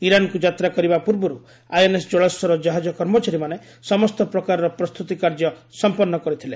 ଇରାନ୍କୁ ଯାତ୍ରା କରିବା ପୂର୍ବରୁ ଆଇଏନ୍ଏସ୍ ଜଳାସ୍ୱର ଜାହାଜ କର୍ମଚାରୀମାନେ ସମସ୍ତ ପ୍ରକାରର ପ୍ରସ୍ତୁତିକାର୍ଯ୍ୟ ସମ୍ପନ୍ନ କରିଥିଲେ